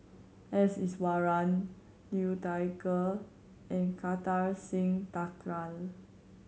S Iswaran Liu Thai Ker and Kartar Singh Thakral